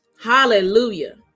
Hallelujah